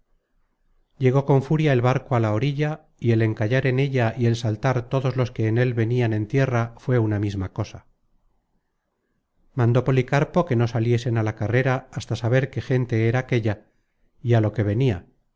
llegó con furia el barco á la orilla y el encallar en ella y el saltar todos los que en él venian en tierra fué una misma cosa mandó policarpo que no saliesen á la carrera hasta saber qué gente era aquella y á lo que venia